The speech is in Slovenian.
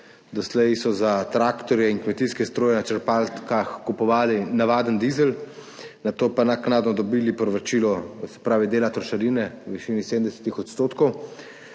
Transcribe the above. Doslej so za traktorje in kmetijske stroje na črpalkah kupovali navaden dizel, nato pa naknadno dobili povračilo dela trošarine v višini 70 odstotkov,